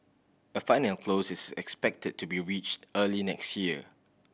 a final close is expected to be reached early next year